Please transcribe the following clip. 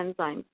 enzymes